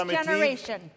generation